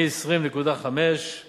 מ-20.5%